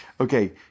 Okay